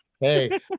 Hey